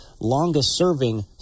longest-serving